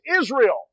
Israel